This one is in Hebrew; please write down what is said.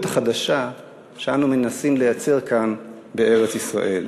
החדשה שאנו מנסים לייצר כאן בארץ-ישראל.